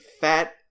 fat